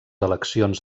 eleccions